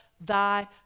thy